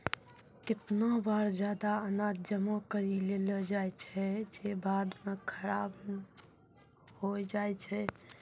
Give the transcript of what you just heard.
केतना बार जादा अनाज जमा करि लेलो जाय छै जे बाद म खराब होय जाय छै